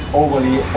overly